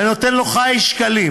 ואני נותן לו ח"י שקלים,